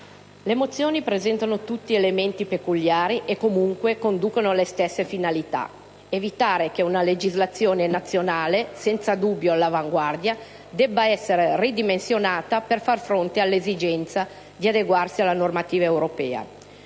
le mozioni presentano elementi peculiari e conducono alle stesse finalità: evitare che una legislazione nazionale, senza dubbio all'avanguardia, debba essere ridimensionata per far fronte all'esigenza di adeguarsi alla normativa europea.